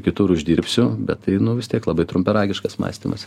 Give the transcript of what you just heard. kitur uždirbsiu bet tai nu vis tiek labai trumparegiškas mąstymas